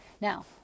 Now